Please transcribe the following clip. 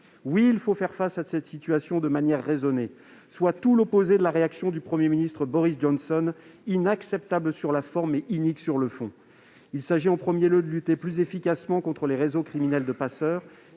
Oui, il faut faire face à cette situation de manière raisonnée, soit tout l'opposé de la réaction du Premier ministre Boris Johnson, inacceptable sur la forme et inique sur le fond. Il s'agit d'abord de lutter plus efficacement contre les réseaux criminels de passeurs,